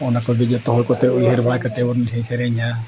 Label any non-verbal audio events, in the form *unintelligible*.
ᱚᱱᱟ ᱠᱚᱜᱮ ᱡᱚᱛᱚ ᱦᱚᱲ ᱠᱚᱛᱮ ᱩᱭᱦᱟᱹᱨ ᱵᱟᱲᱟ ᱠᱟᱛᱮ ᱵᱚᱱ *unintelligible* ᱥᱮᱨᱮᱧᱟ